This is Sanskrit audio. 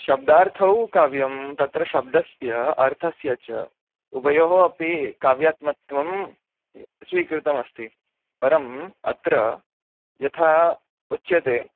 शब्दार्थौ काव्यं तत्र शब्दस्य अर्थस्य च उभयोः अपि काव्यात्मत्वं स्वीकृतमस्ति परम् अत्र यथा उच्यते